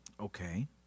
Okay